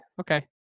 Okay